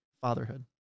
fatherhood